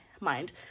mind